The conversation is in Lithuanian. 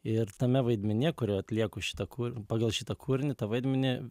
ir tame vaidmenyje kur atlieku šitą kur pagal šitą kūrinį tą vaidmenį